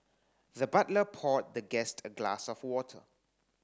the butler poured the guest a glass of water